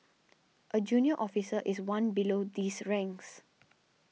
a junior officer is one below these ranks